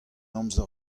amzer